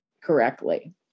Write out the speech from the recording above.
correctly